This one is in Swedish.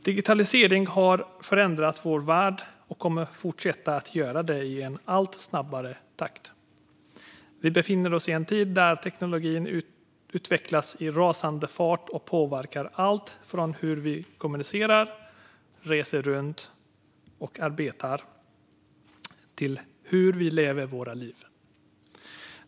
Digitaliseringen har förändrat vår värld och kommer att fortsätta att göra det i en allt snabbare takt. Vi befinner oss i en tid där teknologin utvecklas i rasande fart och påverkar allt - från hur vi kommunicerar, reser runt och arbetar till hur vi lever våra liv.